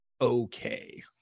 Okay